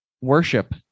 worship